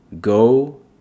go